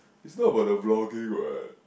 it's not about the vlogging what